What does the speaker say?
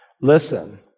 Listen